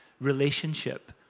relationship